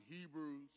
Hebrews